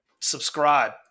Subscribe